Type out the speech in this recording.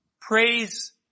praise